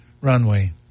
runway